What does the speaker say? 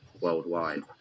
worldwide